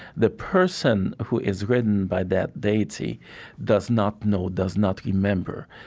the person who is ridden by that deity does not know, does not remember,